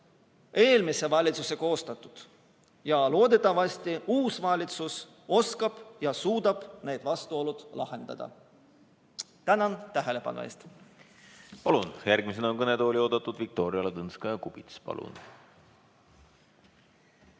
eelmise valitsuse koostatud ja loodetavasti uus valitsus oskab ja suudab need vastuolud lahendada. Tänan tähelepanu eest! Järgmisena on kõnetooli oodatud Viktoria Ladõnskaja-Kubits. Palun!